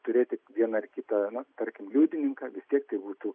turėti vieną ar kitą na tarkim liudininką vis tiek tai būtų